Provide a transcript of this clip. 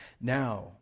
Now